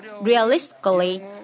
Realistically